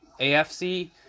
AFC